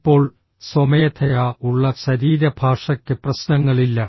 ഇപ്പോൾ സ്വമേധയാ ഉള്ള ശരീരഭാഷയ്ക്ക് പ്രശ്നങ്ങളില്ല